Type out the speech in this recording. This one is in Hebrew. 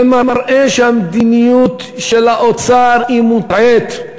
זה מראה שהמדיניות של האוצר היא מוטעית.